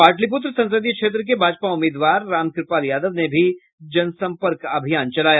पाटलिपुत्र संसदीय क्षेत्र के भाजपा उम्मीदवार रामकृपाल यादव ने भी जनसंपर्क अभियान चलाया